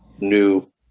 new